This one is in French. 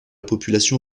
population